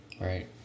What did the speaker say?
Right